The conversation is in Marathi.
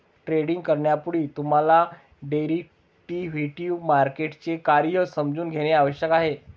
ट्रेडिंग करण्यापूर्वी तुम्हाला डेरिव्हेटिव्ह मार्केटचे कार्य समजून घेणे आवश्यक आहे